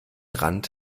rand